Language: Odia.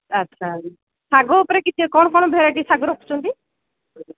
ଆଚ୍ଛା ଶାଗ ଉପରେ ଟିକେ କ'ଣ କ'ଣ ଭେରାଇଟି ଶାଗ ରଖୁଛନ୍ତି